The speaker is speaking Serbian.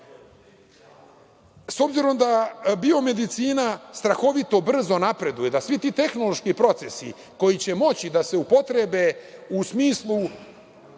obzirom da biomedicina strahovito brzo napreduje, da svi ti tehnološki procesi koji će moći da se upotrebe u smislu